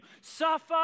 suffer